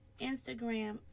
Instagram